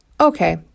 okay